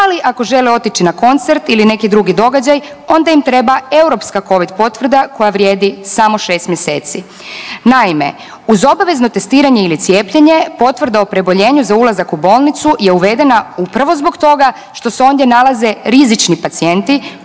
ali ako žele otići na koncert ili neki drugi događaj onda im treba europska Covid potvrda koja vrijedi samo 6 mjeseci. Naime, uz obaveno testiranje ili cijepljenje potvrda o preboljenju za ulazak u bolnicu je uvedena upravo zbog toga što se ondje nalaze rizični pacijenti